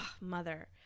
Mother